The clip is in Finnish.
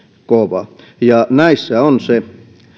kova näissä on se